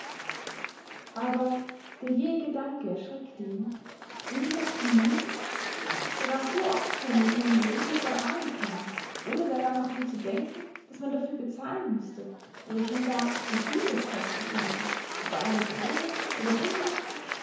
aber der jähe gedanke erschreckte ihn würde das genügen er war so oft schon in seinem leben mit der bahn gefahren ohne daran auch nur zu denken daß man dafür bezahlen mußte oder schon gar wieviel das kosten könnte ob eine krone oder hundert